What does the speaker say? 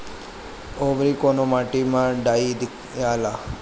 औवरी कौन माटी मे डाई दियाला?